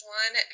one